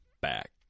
back